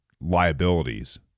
liabilities